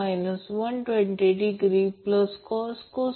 तर line voltage √3 phase voltage असेल